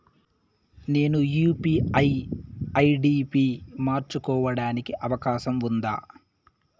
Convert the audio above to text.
నేను UPI ID పి మార్చుకోవడానికి అవకాశం ఉందా?